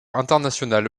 international